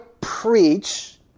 preach